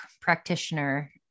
practitioner